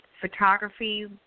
photography